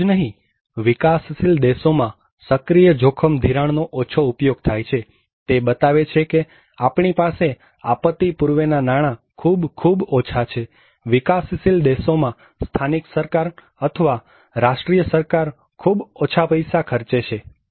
એટલું જ નહિ વિકાસશીલ દેશોમાં સક્રિય જોખમ ધિરાણ નો ઓછો ઉપયોગ થાય છે તે બતાવે છે કે આપણી પાસે આપત્તિ પૂર્વેના નાણાં ખૂબ ખૂબ ઓછા છે વિકાસશીલ દેશોમાં સ્થાનિક સરકાર અથવા રાષ્ટ્રીય સરકાર ખૂબ ઓછા પૈસા ખર્ચે છે